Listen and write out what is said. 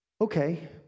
okay